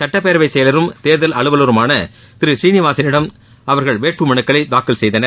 சுட்டப்பேரவை செயலரும் தேர்தல் அலுவலருமான திரு புநீநிவாசனிடம் அவர்கள் வேட்புமனுக்களை தாக்கல் செய்தனர்